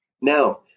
Now